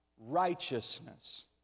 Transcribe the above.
righteousness